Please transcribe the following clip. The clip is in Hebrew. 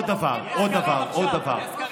עוד דבר, עוד דבר,